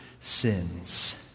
sins